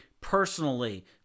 personally